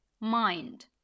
mind